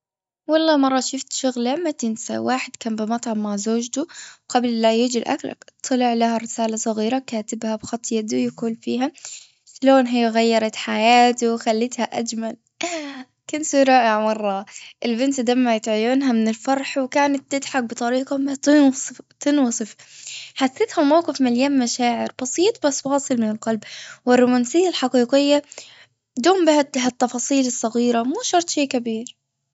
والله مرة شفت شغلة ما تنسى واحد كان بمطعم مع زوجته قبل لا يجي الأكل طلع لها رسالة صغيرة كاتبها بخط يده يقول فيها شلون هي غيرت حياته وخلتها أجمل كانت شيء رائع مرة البنت دمعت عيونها من الفرح وكانت تضحك بطريقة تنصف-تنوصف حسيت في موقف مليان مشاعر بسيط بس واصل من القلب. والرومانسية الحقيقية التفاصيل الصغيرة مو شرط شي كبير.